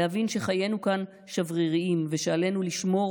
להבין שחיינו כאן שבריריים ושעלינו לשמור